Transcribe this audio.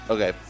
Okay